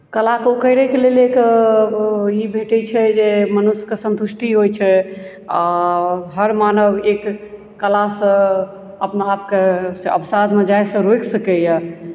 कलाकेँ उकेड़ैके लेल एक ई भेटैत छै जे मनुष्यके सन्तुष्टि होइत छै आओर हर मानव एक कलासँ अपना आपके से अवसादमे जाइसँ रोकि सकैए